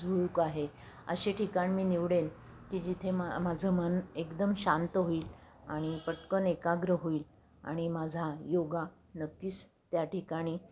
झुळूक आहे असे ठिकाण मी निवडेल की जिथे मा माझं मन एकदम शांत होईल आणि पटकन एकाग्र होईल आणि माझा योगा नक्कीच त्या ठिकाणी